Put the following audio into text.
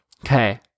Okay